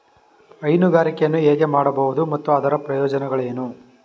ಹೈನುಗಾರಿಕೆಯನ್ನು ಹೇಗೆ ಮಾಡಬಹುದು ಮತ್ತು ಅದರ ಪ್ರಯೋಜನಗಳೇನು?